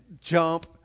jump